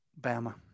Bama